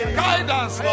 guidance